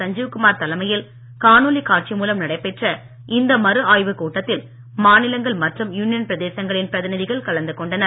சஞ்சீவ் குமார் தலைமையில் காணொளி காட்சி மூலம் நடைபெற்ற இந்த மறு ஆய்வுக் கூட்டத்தில் மாநிலங்கள் மற்றும் யுனியன் பிரதேசங்களின் பிரதிநிதிகள் கலந்து கொண்டனர்